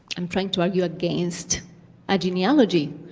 am trying to argue against a genealogy.